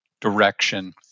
direction